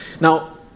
Now